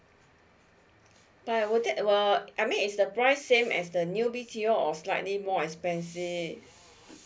by the way would that err I mean is the price same as the new B TO or slightly more expensive